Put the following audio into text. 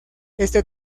este